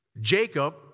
Jacob